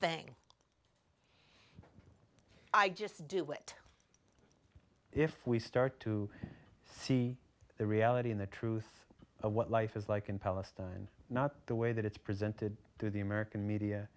thing i just do it if we start to see the reality and the truth of what life is like in palestine not the way that it's presented to the american